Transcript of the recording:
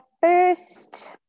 first